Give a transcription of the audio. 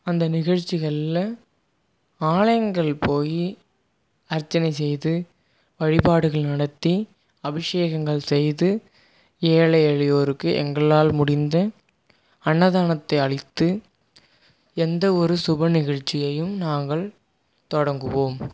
அந்த நிகழ்ச்சிகளில் ஆலயங்கள் போய் அர்ச்சனை செய்து வழிபாடுகள் நடத்தி அபிஷேகங்கள் செய்து ஏழை எளியோருக்கு எங்களால் முடிந்த அன்னதானத்தை அளித்து எந்த ஒரு சுப நிகழ்ச்சியையும் நாங்கள் தொடங்குவோம்